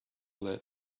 let